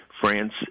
France